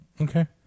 okay